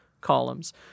columns